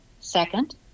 Second